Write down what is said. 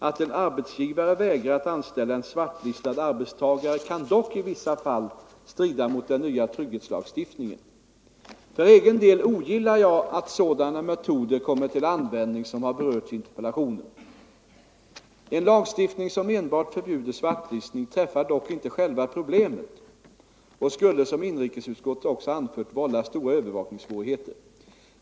Att en arbetsgivare vägrar att anställa en svartlistad arbetstagare kan dock i vissa fall strida mot den nya trygghetslagstiftningen. För egen del ogillar jag att sådana metoder kommer till användning, som har berörts i interpellationen. En lagstiftning som enbart förbjuder svartlistning träffar dock inte själva problemet och skulle, som inrikesutskottet också har anfört, vålla stora övervakningssvårigheter.